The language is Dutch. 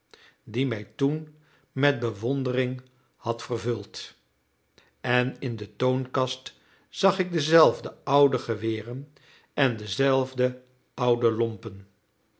die mij toen met bewondering had vervuld en in de toonkast zag ik dezelfde oude geweren en dezelfde oude lompen